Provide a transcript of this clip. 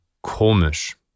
komisch